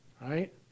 right